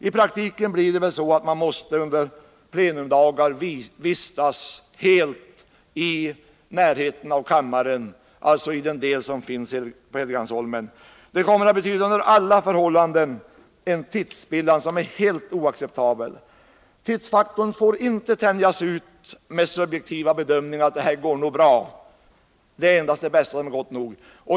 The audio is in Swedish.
I praktiken blir det väl så att man under plenidagar måste vistas i omedelbar 29 närhet av kammaren, dvs. i de delar av byggnaderna som finns på Helgeandsholmen. Det kommer under alla förhållanden att betyda en tidsspillan som är helt oacceptabel. Tidsfaktorn får inte tänjas ut med subjektiva bedömningar, såsom ”det här går nog bra”. Endast det bästa är gott nog.